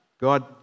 God